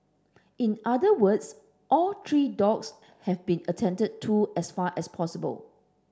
in other words all three dogs have been attended to as far as possible